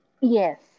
Yes